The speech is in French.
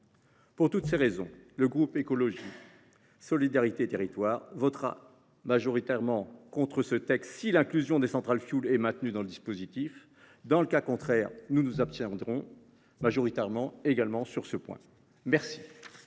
Pour toutes ces raisons, le groupe Écologiste – Solidarité et Territoires votera majoritairement contre ce texte si l’inclusion des centrales au fioul est maintenue dans le dispositif. Dans le cas contraire, nous nous abstiendrons. La parole est à M. Franck